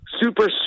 super